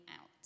out